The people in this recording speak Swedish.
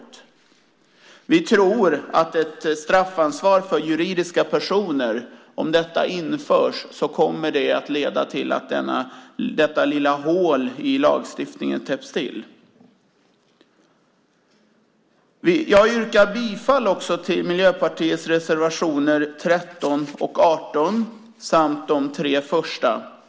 Det kan inte ha varit meningen när lagen stiftades. Om ett straffansvar för juridiska personer införs tror vi att det kommer att leda till att detta lilla hål i lagstiftningen täpps till. Jag vill yrka bifall till Miljöpartiets reservationer 13 och 18 samt de tre första reservationerna.